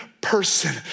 person